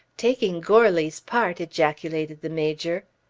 taking goarly's part! ejaculated the major.